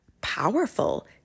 powerful